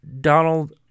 Donald